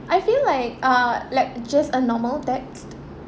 I feel like uh like just a normal text